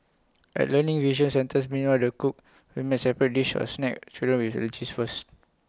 at learning vision centres meanwhile A re cook will make separate dish or snack children with first